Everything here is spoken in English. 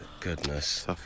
goodness